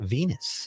Venus